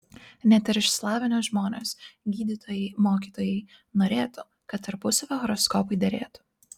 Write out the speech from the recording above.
net ir išsilavinę žmonės gydytojai mokytojai norėtų kad tarpusavio horoskopai derėtų